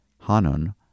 Hanun